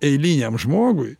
eiliniam žmogui